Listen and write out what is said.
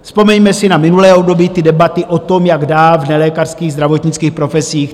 Vzpomeňme si na minulé období ty debaty o tom, jak dál v nelékařských zdravotnických profesích.